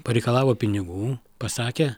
pareikalavo pinigų pasakė